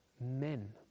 men